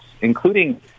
including